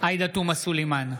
עאידה תומא סלימאן,